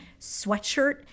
sweatshirt